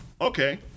Okay